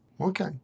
Okay